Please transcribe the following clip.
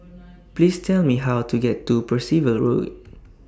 Please Tell Me How to get to Percival Road